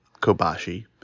Kobashi